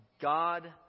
God